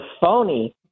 phony